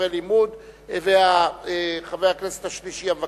ספרי לימוד(תיקון מס' 5). חבר הכנסת השלישי המבקש